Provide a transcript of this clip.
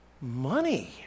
Money